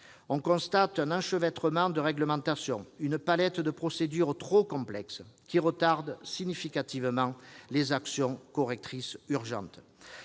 On constate un enchevêtrement de réglementations, une palette de procédures trop complexes, qui retardent significativement les actions correctrices urgentes.